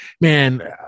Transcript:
man